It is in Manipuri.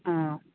ꯑꯥ